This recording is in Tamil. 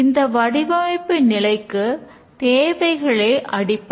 இந்த வடிவமைப்பு நிலைக்கு தேவைகளே அடிப்படை